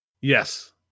Yes